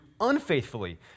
unfaithfully